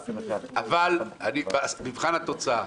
אבל אני מדבר על מבחן התוצאה.